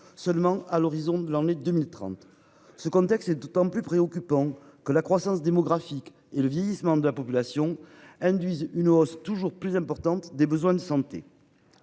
seulement à l'horizon de l'année 2030. Ce contexte c'est d'autant plus préoccupant que la croissance démographique et le vieillissement de la population induisent une hausse toujours plus importante des besoins de santé.--